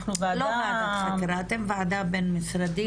לא ועדת חקירה אתם ועדה בין משרדית.